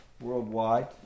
worldwide